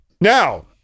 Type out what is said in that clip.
Now